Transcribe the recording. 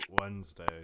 Wednesday